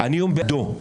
אני בעדו.